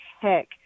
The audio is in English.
heck